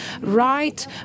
right